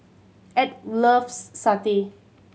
Edw loves satay